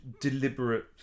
deliberate